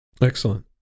Excellent